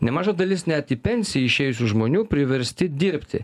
nemaža dalis net į pensiją išėjusių žmonių priversti dirbti